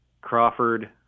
Crawford